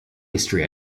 history